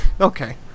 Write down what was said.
Okay